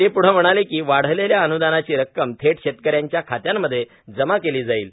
ते प्ढे म्हणाले की वाढलेल्या अनुदानाची रक्कम थेट शेतक यांच्या खात्यांमध्ये जमा केली जाईल